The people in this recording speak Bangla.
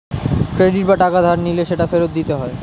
ক্রেডিট বা টাকা ধার নিলে সেটা ফেরত দিতে হয়